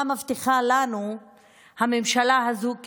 מה מבטיחה לנו הממשלה הזאת כנשים.